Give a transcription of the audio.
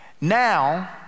Now